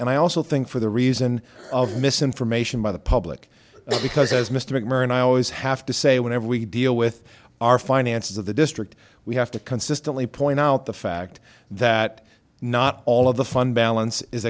and i also think for the reason of misinformation by the public because as mr mcmurray and i always have to say whenever we deal with our finances of the district we have to consistently point out the fact that not all of the fund balance is